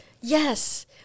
Yes